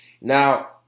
Now